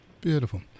beautiful